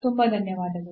ತುಂಬ ಧನ್ಯವಾದಗಳು